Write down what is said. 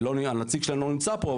שהנציג שלהן לא נמצא פה.